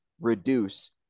reduce